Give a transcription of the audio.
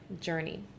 journey